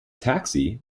taxi